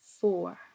four